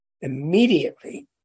Immediately